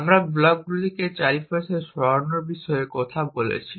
আমরা ব্লকগুলিকে চারপাশে সরানোর বিষয়ে কথা বলেছি